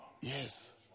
Yes